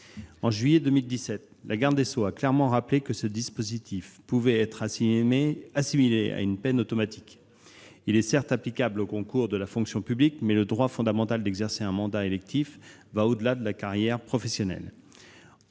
En juillet 2017, la garde des sceaux a clairement rappelé que ce dispositif pouvait être assimilé à une peine automatique. Certes, il est applicable aux concours de la fonction publique, mais le droit fondamental d'exercer un mandat électif va au-delà de la carrière professionnelle.